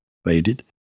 Faded